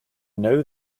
know